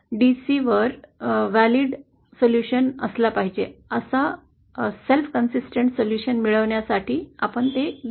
DC वर वैध उपाय असला पाहिजे असा स्वयंसातत्यपूर्ण उपाय मिळवण्यासाठी आपण ते घेऊ